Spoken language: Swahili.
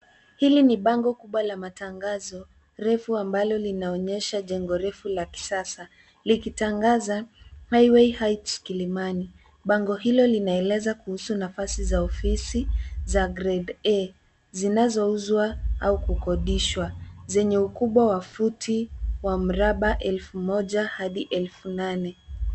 Hili ni bango kubwa la matangazo refu ambalo linaonyesha jengo refu la kisasa likitangaza highway heights Kilimani . Bango hilo linaeleza kuhusu nafasi za ofisi za grade A zinazouzwa au kukodishwa zenye ukubwa wa futi wa mraba elfu moja hadi elfu nane.